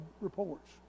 reports